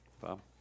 Bob